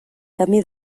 camí